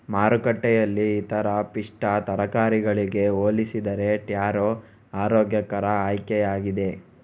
ಮಾರುಕಟ್ಟೆಯಲ್ಲಿ ಇತರ ಪಿಷ್ಟ ತರಕಾರಿಗಳಿಗೆ ಹೋಲಿಸಿದರೆ ಟ್ಯಾರೋ ಆರೋಗ್ಯಕರ ಆಯ್ಕೆಯಾಗಿದೆ